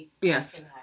Yes